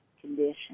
condition